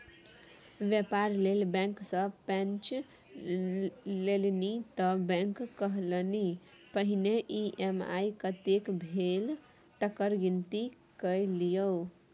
बेपार लेल बैंक सँ पैंच लेलनि त बैंक कहलनि पहिने ई.एम.आई कतेक भेल तकर गिनती कए लियौ